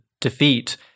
defeat